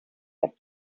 sat